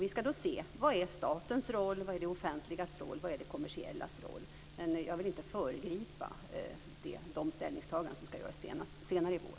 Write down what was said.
Vi ska då se: Vad är statens roll, vad är det offentligas roll och vad är det kommersiellas roll? Jag vill inte föregripa de ställningstaganden som ska göras senare i vår.